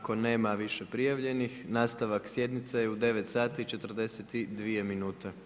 Ako nema više prijavljenih, nastavak sjednice je u 9 sati i 42 minute.